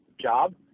job